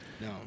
no